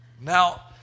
Now